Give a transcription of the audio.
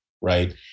Right